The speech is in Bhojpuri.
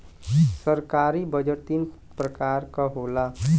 सरकारी बजट तीन परकार के होला